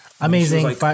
amazing